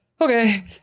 okay